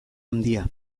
handia